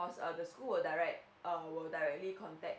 cause err the school will direct err will directly contact